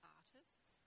artists